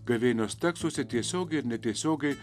gavėnios tekstuose tiesiogiai ir netiesiogiai